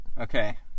Okay